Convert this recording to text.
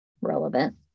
relevant